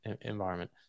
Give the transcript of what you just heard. environment